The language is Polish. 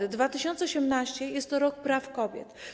Rok 2018 jest to Rok Praw Kobiet.